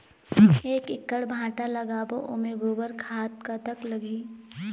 एक एकड़ भांटा लगाबो ओमे गोबर खाद कतक लगही?